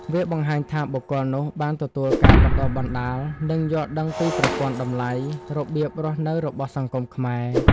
វាបង្ហាញថាបុគ្គលនោះបានទទួលការបណ្តុះបណ្តាល និងយល់ដឹងពីប្រព័ន្ធតម្លៃ របៀបរស់នៅរបស់សង្គមខ្មែរ។